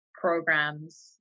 programs